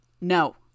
No